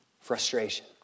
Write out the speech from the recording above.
frustration